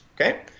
Okay